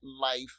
life